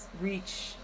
reach